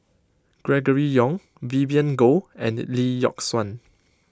Gregory Yong Vivien Goh and Lee Yock Suan